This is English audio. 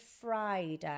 Friday